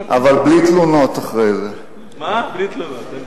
אבל בלי תלונות אחרי זה.